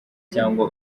cyangwa